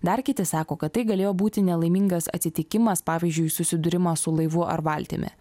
dar kiti sako kad tai galėjo būti nelaimingas atsitikimas pavyzdžiui susidūrimas su laivu ar valtimi